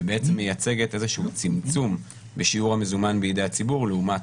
ובעצם מייצגת איזשהו צמצום בשיעור המזומן בידי הציבור לעומת,